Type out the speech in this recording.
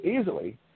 easily